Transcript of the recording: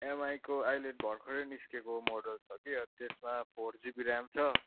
एमआईको अहिले भर्खरै निस्केको मोडल छ कि त्यसमा फोर जिबी ऱ्याम छ